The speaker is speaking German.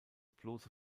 bloße